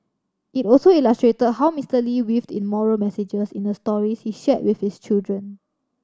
it also illustrated how Mister Lee weaved in moral messages in the stories he shared with his children